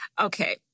okay